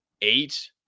eight